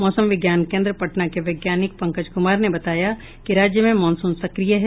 मौसम विज्ञान केन्द्र पटना के वैज्ञानिक पंकज कुमार ने बताया कि राज्य में मॉनसून सक्रिय है